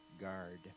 guard